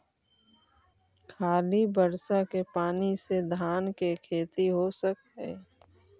खाली बर्षा के पानी से धान के खेती हो सक हइ?